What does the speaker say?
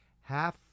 half